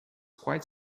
quite